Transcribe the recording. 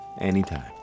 Anytime